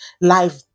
life